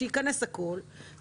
שייכנס הכול,